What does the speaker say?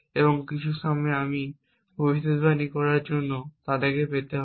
এবং কিছু সময়ে আমি ভবিষ্যদ্বাণী করার জন্য তাদের পেতে হবে